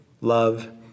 love